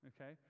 Okay